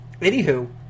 Anywho